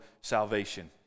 salvation